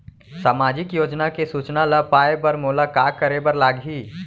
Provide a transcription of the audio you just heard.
सामाजिक योजना के सूचना ल पाए बर मोला का करे बर लागही?